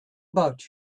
about